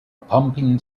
pumping